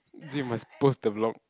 is it must post the vlog